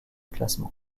classement